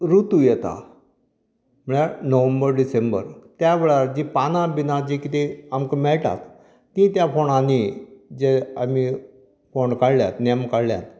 ऋतू येता म्हळ्यार नोव्हेंबर डिसेंबर त्या वेळार जीं पानां बिनां जीं कितें आमकां मेळटात तीं त्या फोंडांनी जे आमी फोंड काडल्यात नेम काडल्यात